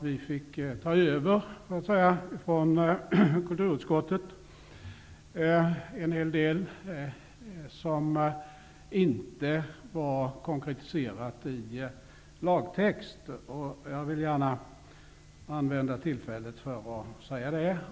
Vi fick från kulturutskottet ta över en hel del som inte var konkretiserat i lagtext. Jag vill gärna använda tillfället till att säga detta.